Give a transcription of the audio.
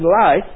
life